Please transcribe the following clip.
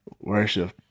worship